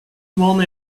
one